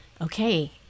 Okay